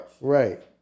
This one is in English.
Right